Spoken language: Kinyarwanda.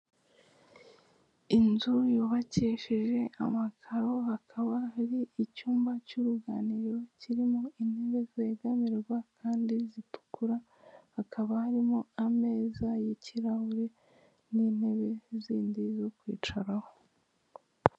Inzu yubakishije amakaro, hakaba hari icyumba cy'uruganiriro kirimo intebe zegamirwa kandi zitukura, hakaba harimo ameza y'ikirahuri n'intebe zindi zo kwicaraho.